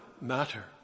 matter